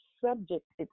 subject